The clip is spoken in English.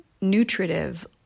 nutritive